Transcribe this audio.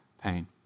pain